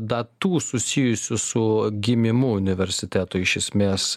datų susijusių su gimimu universiteto iš esmės